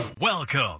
welcome